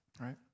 right